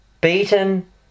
beaten